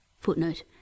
Footnote